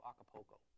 acapulco